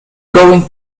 going